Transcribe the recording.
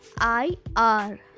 I-R